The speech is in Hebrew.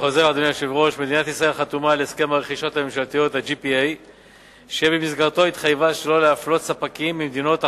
חוזרי החשב הכללי בשנים האחרונות הביאו להסרת חסמים להשתתפות